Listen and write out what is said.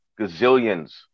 gazillions